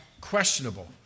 questionable